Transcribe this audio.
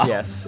Yes